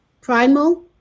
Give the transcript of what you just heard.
Primal